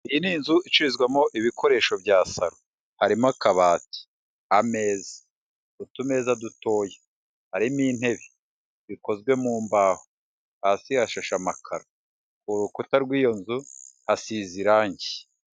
Iyi ni inzu icururizwamo ibikoresho bya saro, harimo akabati, ameza, utumeza dutoya, harimo intebe bikozwe mu mbaho, hasi hashashe amakaro, urukuta rw'iyo nzu hasize irangi.